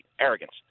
arrogance